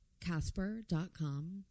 casper.com